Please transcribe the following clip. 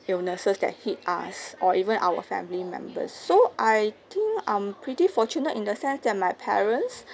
illnesses that hit us or even our family members so I think I'm pretty fortunate in the sense that my parents